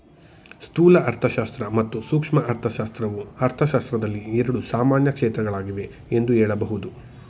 ಸ್ಥೂಲ ಅರ್ಥಶಾಸ್ತ್ರ ಮತ್ತು ಸೂಕ್ಷ್ಮ ಅರ್ಥಶಾಸ್ತ್ರವು ಅರ್ಥಶಾಸ್ತ್ರದಲ್ಲಿ ಎರಡು ಸಾಮಾನ್ಯ ಕ್ಷೇತ್ರಗಳಾಗಿವೆ ಎಂದು ಹೇಳಬಹುದು